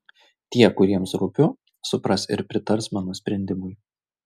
tie kuriems rūpiu supras ir pritars mano sprendimui